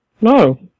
No